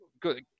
good